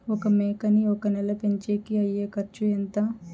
ఒక మేకని ఒక నెల పెంచేకి అయ్యే ఖర్చు ఎంత?